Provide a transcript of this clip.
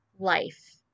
Life